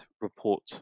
report